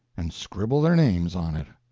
and scribble their names on it.